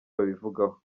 babivugaho